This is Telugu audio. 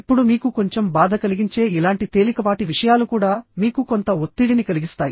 ఇప్పుడు మీకు కొంచెం బాధ కలిగించే ఇలాంటి తేలికపాటి విషయాలు కూడా మీకు కొంత ఒత్తిడిని కలిగిస్తాయి